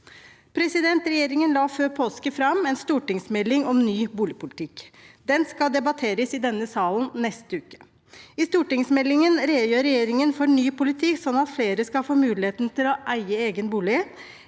kommunene. Regjeringen la før påske fram en stortingsmelding om ny boligpolitikk. Den skal debatteres i denne salen i neste uke. I stortingsmeldingen redegjør regjeringen for ny politikk som skal gi flere muligheten til å eie egen bolig.